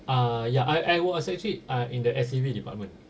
ah ya I I was actually uh in the S_C_V department